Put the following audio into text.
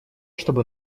чтобы